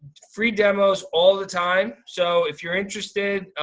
free demos all the time. so if you're interested,